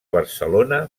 barcelona